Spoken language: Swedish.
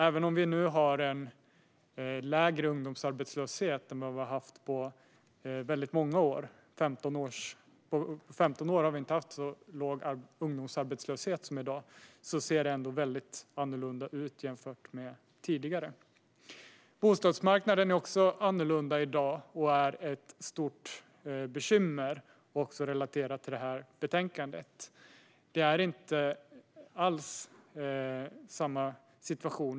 Även om vi nu har en lägre ungdomsarbetslöshet än vi haft på många år - vi har inte haft en så låg ungdomsarbetslöshet på 15 år - ser det väldigt annorlunda ut jämfört med tidigare. Bostadsmarknaden är också annorlunda i dag, och den är ett stort bekymmer också relaterat till det här betänkandet. Det är inte alls samma situation.